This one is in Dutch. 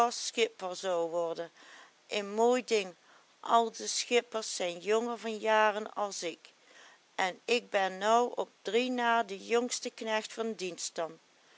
schipper zou worden een mooi ding al de schippers zijn jonger van jaren as ik en ik ben nou op drie na de jongste knecht van dienst dan